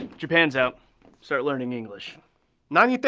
japan's out start learning english nine.